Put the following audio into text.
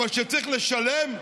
אבל כשצריך לשלם,